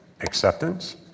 acceptance